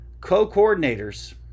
co-coordinators